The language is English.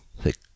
thick